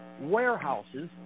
warehouses